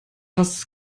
was